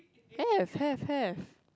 have have have